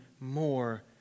more